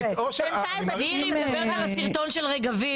היא מדברת על הסרטון של רגבים.